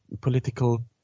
political